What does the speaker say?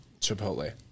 Chipotle